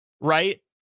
Right